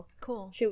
Cool